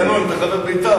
דנון, אתה חבר בית"ר?